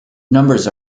numbers